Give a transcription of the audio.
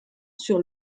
sur